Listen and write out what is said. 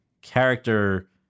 character